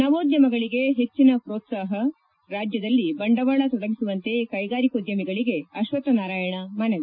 ನವೋದ್ದಮಗಳಿಗೆ ಹೆಚ್ಚಿನ ಪ್ರೋತ್ಸಾಹ ರಾಜ್ದದಲ್ಲಿ ಬಂಡವಾಳ ತೊಡಗಿಸುವಂತೆ ಕೈಗಾರಿಕೋದ್ದಮಿಗಳಿಗೆ ಅಕ್ವತ್ತನಾರಾಯಣ ಮನವಿ